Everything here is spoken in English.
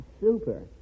Super